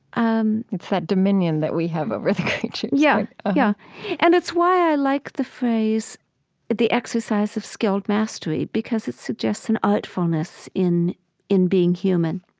um it's that dominion that we have over the creatures yeah. yeah mm-hmm and it's why i like the phrase the exercise of skilled mastery because it suggests an artfulness in in being human.